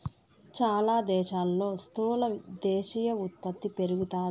చాలా దేశాల్లో స్థూల దేశీయ ఉత్పత్తి పెరుగుతాది